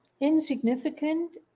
insignificant